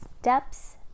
steps